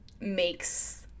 makes